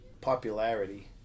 popularity